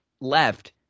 left